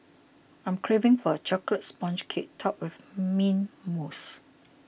I'm craving for a Chocolate Sponge Cake Topped with Mint Mousse